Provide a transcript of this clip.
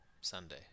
Sunday